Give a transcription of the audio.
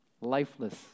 lifeless